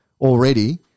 already